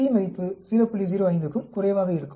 05 க்கும் குறைவாக இருக்கும்